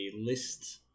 list